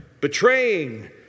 Betraying